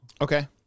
Okay